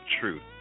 truth